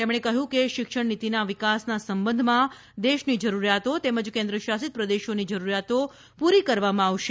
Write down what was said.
તેમણે કહ્યું કે શિક્ષણ નીતિના વિકાસના સંબંધમાં દેશની જરૂરિયાતો તેમજ કેન્દ્રશાસિત પ્રદેશોની જરૂરિયાતો પૂરી કરવામાં આવશે